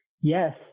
yes